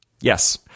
Yes